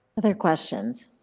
other questions?